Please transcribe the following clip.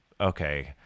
okay